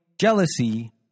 jealousy